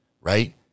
Right